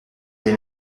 des